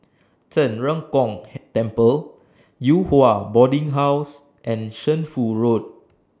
Zhen Ren Gong Temple Yew Hua Boarding House and Shunfu Road